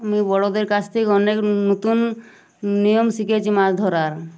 আমি বড়দের কাছ থেকে অনেক নতুন নিয়ম শিখেছি মাছ ধরার